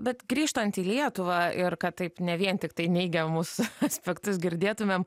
bet grįžtant į lietuvą ir kad taip ne vien tiktai neigiamus aspektus girdėtumėm